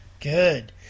Good